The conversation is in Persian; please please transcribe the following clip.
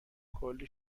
کلی